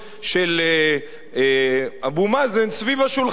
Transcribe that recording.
של אבו מאזן סביב השולחן,